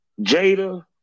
Jada